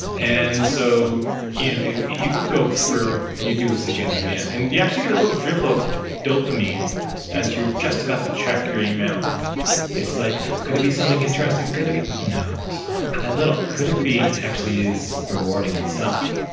and so you know you go through and you do this again, and you actually get a little drip of dopamine as you're just about to check your email it's like, could it be something interesting? could it be? no, it's not. that little could it be actually is rewarding itself